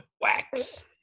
Wax